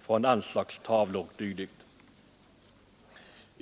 från anslagstavlor o. d.